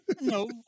no